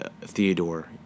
theodore